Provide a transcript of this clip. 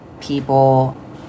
People